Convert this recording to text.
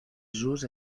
jauge